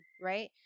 Right